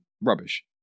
rubbish